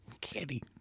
candy